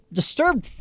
disturbed